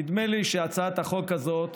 נדמה לי שהצעת החוק הזאת,